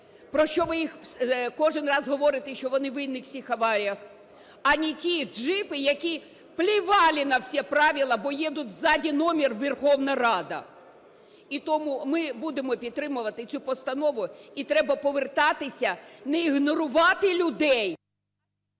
про що ви їх… кожен раз говорите, що вони винні у всіх аваріях, а не ті джипи, які плевали на все правила, бо едут – сзади номер "Верховна Рада". І тому ми будемо підтримувати цю постанову, і треба повертатися. Не ігнорувати людей…